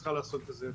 שהיא צריכה לעסוק בזה,